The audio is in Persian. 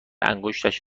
انگشتش